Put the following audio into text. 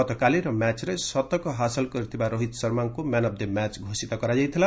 ଗତକାଲିର ମ୍ୟାଚ୍ରେ ଶତକ ହାସଲ କରିଥିବା ରୋହିତ ଶର୍ମାଙ୍କ ମ୍ୟାନ୍ ଅଫ୍ ଦି ମ୍ୟାଚ୍ ଘୋଷିତ କରାଯାଇଥିଲା